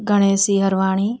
गणेश सी हरवाणी